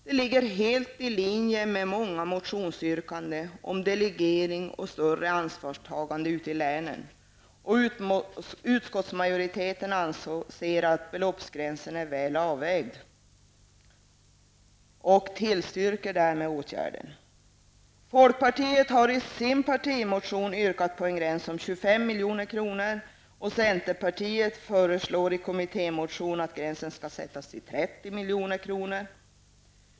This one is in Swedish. Det ligger helt i linje med många motionsyrkanden om en delegering och ett större ansvarstagande ute i länen. Utskottsmajoriteten anser att beloppsgränsen är väl avvägd och tillstyrker således när det gäller denna åtgärd. Folkpartiet yrkar i sin partimotion på en gräns vid 25 milj.kr., och centern föreslår i en kommittémotion att gränsen skall sättas vid 30 milj.kr.